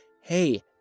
Hey